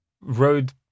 road